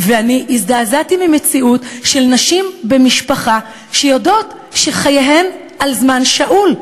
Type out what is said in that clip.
ואני הזדעזעתי ממציאות של נשים במשפחה שיודעות שחייהן על זמן שאול.